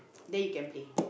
then you can play